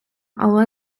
але